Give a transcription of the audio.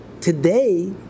Today